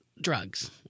drugs